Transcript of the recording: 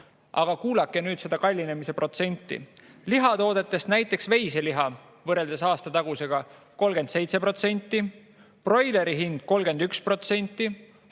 Aga kuulake nüüd seda kallinemise protsenti. Lihatoodetest näiteks veiseliha võrreldes aastatagusega – 37%, broileri hind 31%,